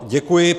Děkuji.